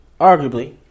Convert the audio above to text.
Arguably